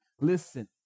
Listen